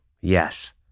Yes